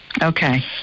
Okay